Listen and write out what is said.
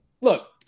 look